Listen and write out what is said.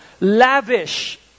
lavish